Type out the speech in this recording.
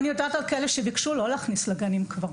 ואני יודעת על כאלו שביקשו שלא ייכנסו לגנים כבר,